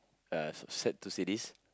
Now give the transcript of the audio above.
uh sad sad to say this